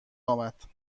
آمد